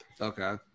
Okay